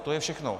To je všechno.